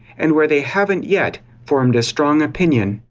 and where they haven't yet formed a strong opinion.